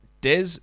Des